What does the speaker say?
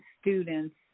students